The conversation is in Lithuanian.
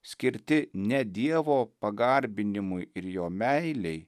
skirti ne dievo pagarbinimui ir jo meilei